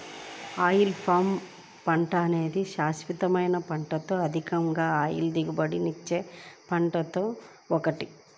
oil palm పంట అన్ని శాశ్వత పంటలలో అత్యధిక ఆయిల్ దిగుబడినిచ్చే పంటలలో ఒకటి